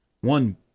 one